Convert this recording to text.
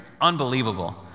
unbelievable